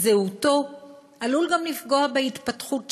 מזהותו עלול גם לפגוע בהתפתחות שלו,